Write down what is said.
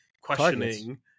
questioning